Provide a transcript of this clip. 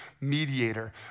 mediator